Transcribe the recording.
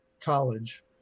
college